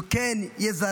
שהוא כן יזרז,